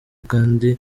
kindi